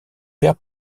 père